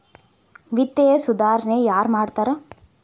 ವಿತ್ತೇಯ ಸುಧಾರಣೆ ಯಾರ್ ಮಾಡ್ತಾರಾ